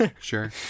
sure